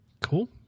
Cool